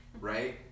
Right